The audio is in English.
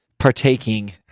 Partaking